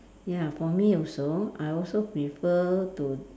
ya for me also I also prefer to